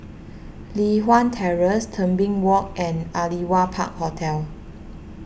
Li Hwan Terrace Tebing Walk and Aliwal Park Hotel